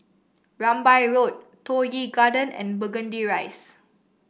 Rambai Road Toh Yi Garden and Burgundy Rise